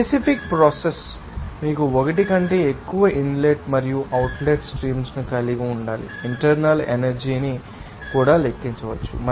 specific process మీకు 1 కంటే ఎక్కువ ఇన్లెట్ మరియు అవుట్లెట్ స్ట్రీమ్స్ ను కలిగి ఉండాలి ఇంటర్నల్ ఎనర్జీ ని కూడా ఎలా లెక్కించవచ్చు